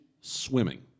swimming